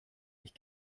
ich